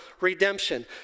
redemption